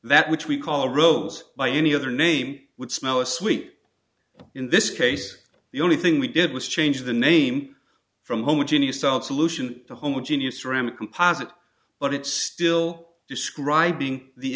that which we call a rose by any other name would smell as sweet but in this case the only thing we did was change the name from homogeneous salt solution to homogeneous ceramic composite but it's still describing the